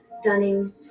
stunning